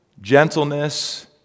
gentleness